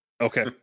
okay